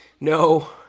No